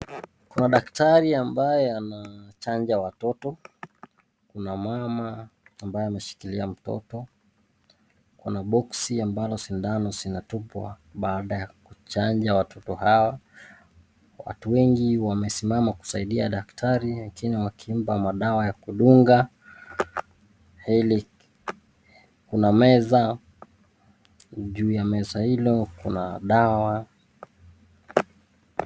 Kuna daktari ambaye anachanja watoto, kuna mama ambaye ameshikilia mtoto ,kuna boxi ambalo sindano zinatupwa baada ya kuchanja watoto hawa. Watu wengi wamesimama kusaidia daktari wengine wakiiba madawa ya kudunga. Kuna meza juu ya meza hilo kuna dawa.